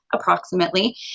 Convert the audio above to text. approximately